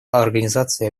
организации